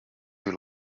you